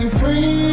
free